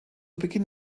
beginn